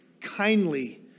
kindly